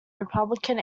republican